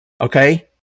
okay